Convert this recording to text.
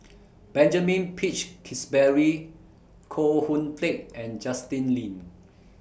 Benjamin Peach Keasberry Koh Hoon Teck and Justin Lean